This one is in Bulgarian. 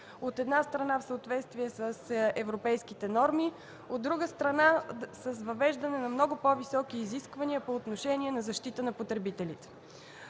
от една страна, в съответствие с европейските норми, от друга страна – с въвеждане на много по-високи изисквания за защита на потребителите.